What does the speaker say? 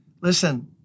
Listen